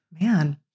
Man